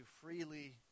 freely